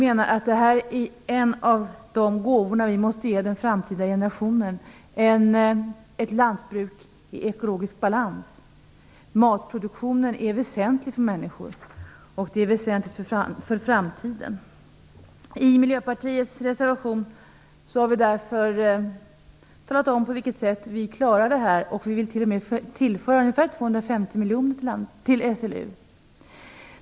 En av de gåvor som måste ge den framtida generationen är ett lantbuk i ekologisk balans. Matproduktionen är väsentlig för människor och för framtiden. I Miljöpartiets reservation har vi talat om på vilket sätt vi kan klara det. Vi vill t.o.m. tillföra 250 miljoner till SLU.